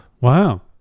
Wow